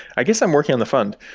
i guess i'm working on the fund.